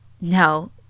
No